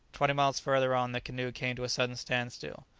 twenty miles further on the canoe came to a sudden standstill.